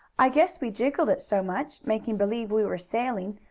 i guess we jiggled it so much, making believe we were sailing,